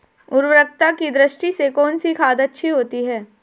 उर्वरकता की दृष्टि से कौनसी खाद अच्छी होती है?